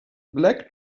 black